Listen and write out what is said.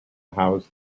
house